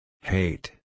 Hate